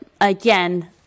again